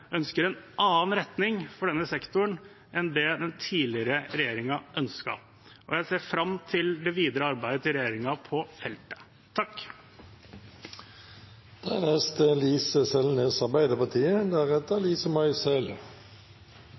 ønsker en annen retning for denne sektoren enn det den tidligere regjeringen ønsket. Og jeg ser fram til det videre arbeidet til regjeringen på feltet. Først av alt: Tusen takk